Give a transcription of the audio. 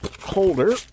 holder